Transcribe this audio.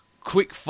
quick